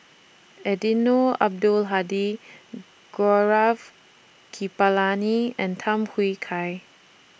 Eddino Abdul Hadi Gaurav Kripalani and Tham Hui Kai